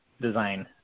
design